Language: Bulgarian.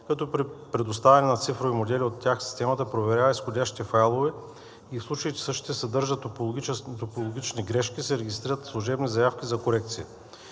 като при предоставяне на цифрови модели от тях системата проверява изходящите файлове и в случай че същите съдържат топологични грешки, се регистрират служебни заявки за корекция.